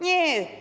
Nie.